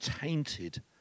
tainted